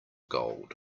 gold